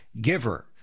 giver